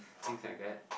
things like that